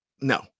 No